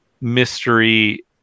mystery